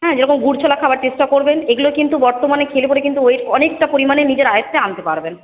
হ্যাঁ যেরকম গুড় ছোলা খাবার চেষ্টা করবেন এগুলো কিন্তু বর্তমানে খেলে পরে কিন্তু ওয়েট অনেকটা পরিমাণে নিজের আয়ত্তে আনতে পারবেন